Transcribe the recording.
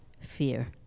fear